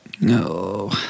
No